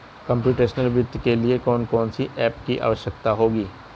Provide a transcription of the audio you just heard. Computational वित्त के लिए कौन कौन सी एप की आवश्यकता होगी?